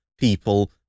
people